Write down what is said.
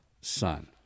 son